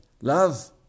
Love